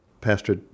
Pastor